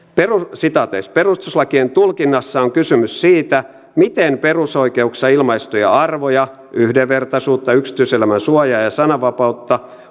perustuslakien tulkinnassa on kysymys siitä miten perusoikeuksissa ilmaistuja arvoja yhdenvertaisuutta yksityiselämän suojaa ja sananvapautta